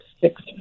six